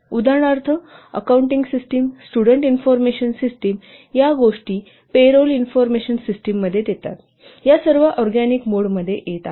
उदाहरणार्थ accounting system student information system या गोष्टी पे रोल इन्फॉर्मेशन सिस्टममध्ये येतात या सर्व ऑरगॅनिक मोड मध्ये येतात